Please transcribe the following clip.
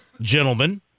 gentlemen